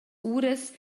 uras